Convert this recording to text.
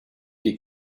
die